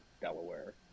delaware